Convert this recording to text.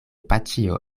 paĉjo